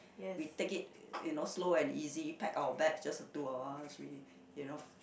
we take it you know slow and easy pack our bags just the two of us we you know